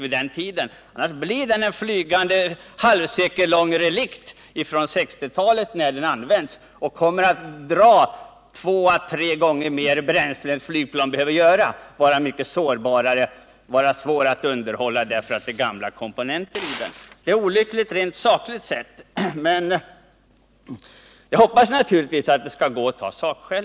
Annars blir det en bit in på nästa sekel en flygande, halvsekelgammal relikt från 1960-talet som kommer att dra två å tre gånger mer bränsle än flygplan behöver göra då och vara mycket sårbarare och svårare att underhålla, eftersom det är gamla komponenter i den. Detta är olyckligt, rent sakligt sett.